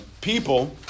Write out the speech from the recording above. people